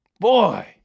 Boy